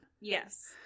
Yes